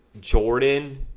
Jordan